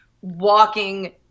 walking